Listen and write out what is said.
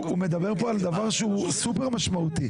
הוא מדבר על נושא שהוא סופר משמעותי.